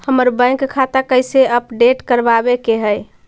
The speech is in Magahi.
हमर बैंक खाता कैसे अपडेट करबाबे के है?